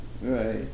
Right